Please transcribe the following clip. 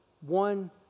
one